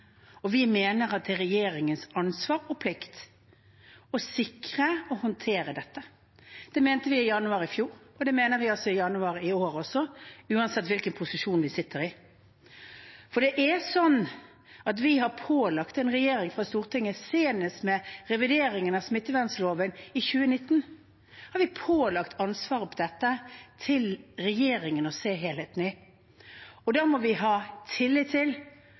Vi mener det er regjeringens ansvar og plikt å sikre og håndtere dette. Det mente vi i januar i fjor, og det mener vi altså i januar i år også, uansett hvilken posisjon vi sitter i. Det er slik at vi fra Stortinget, senest ved revidering av smittevernloven i 2019, har pålagt regjeringen ansvaret for å se helheten i dette. Da må vi ha tillit til